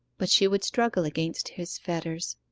but she would struggle against his fetters.